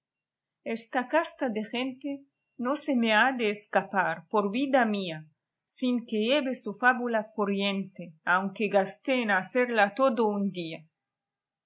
esta casta de gente no se me ha de escapar por vida mía sin que lleve su fábula corriente aunque gaste en hacerla todo un día